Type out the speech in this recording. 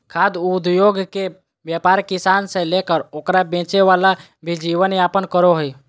खाद्य उद्योगके व्यापार किसान से लेकर ओकरा बेचे वाला भी जीवन यापन करो हइ